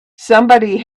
somebody